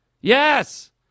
Yes